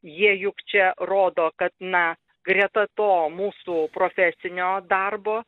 jie juk čia rodo kad na greta to mūsų profesinio darbo